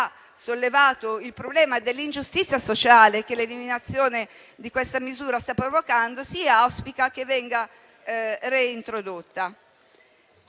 sollevato il problema dell'ingiustizia sociale che l'eliminazione di questa misura sta provocando, si auspica che essa venga reintrodotta.